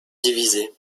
divisé